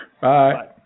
Bye